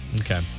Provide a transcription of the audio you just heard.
Okay